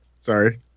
Sorry